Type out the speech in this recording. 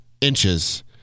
inches